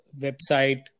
website